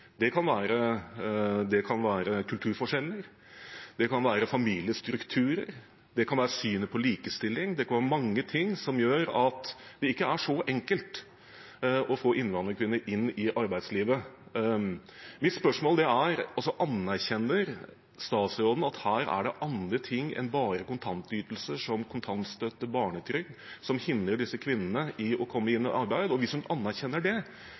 Det kan være kulturforskjeller, det kan være familiestrukturer, det kan være synet på likestilling, det kan være mange ting som gjør at det ikke er så enkelt å få innvandrerkvinner inn i arbeidslivet. Mitt spørsmål er: Erkjenner statsråden at det er andre ting enn bare kontantytelser som kontantstøtte og barnetrygd som hindrer disse kvinnene i å komme i arbeid? Hvis hun erkjenner det,